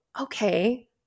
okay